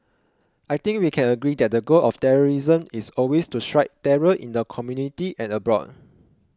I think we can agree that the goal of terrorism is always to strike terror in the community and abroad